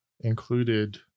included